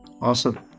awesome